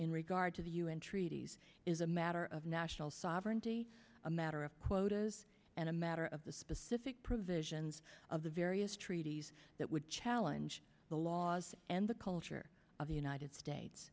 in regard to the un treaties is a matter of national sovereignty a matter of quotas and a matter of the specific provisions of the various treaties that would challenge the laws and the culture of the united states